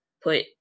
put